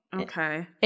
Okay